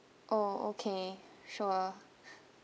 oh okay sure